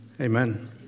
Amen